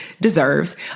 deserves